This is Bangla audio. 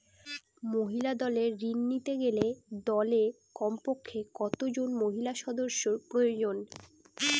মহিলা দলের ঋণ নিতে গেলে দলে কমপক্ষে কত জন মহিলা সদস্য প্রয়োজন?